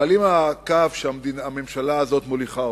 אבל אם הקו שהממשלה הזאת מוליכה,